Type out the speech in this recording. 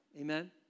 Amen